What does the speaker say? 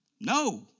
No